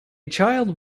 child